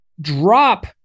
drop